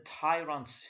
tyrants